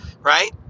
right